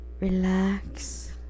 Relax